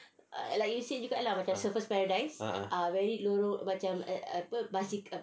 a'ah